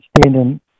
standing